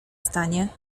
stanie